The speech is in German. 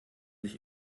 sich